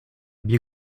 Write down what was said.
bier